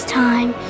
time